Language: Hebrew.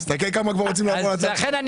תסתכל כמה כבר רוצים לעבור לצד שלך.